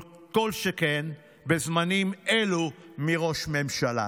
לא כל שכן בזמנים אלו, מראש ממשלה.